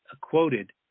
quoted